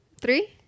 Three